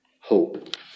hope